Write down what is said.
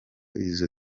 izo